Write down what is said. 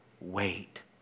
wait